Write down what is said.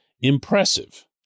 impressive